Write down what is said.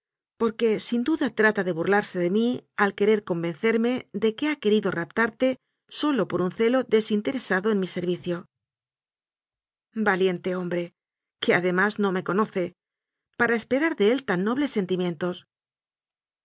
porque sin duda trata de burlarse de mí aiquerer convencerme de que ha querido raptarte sólo por un celo desinteresado en mi servicio valiente hombre que además no me conoce para esperar de él tan nobles sentimientos